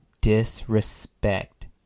disrespect